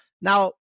Now